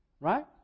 Right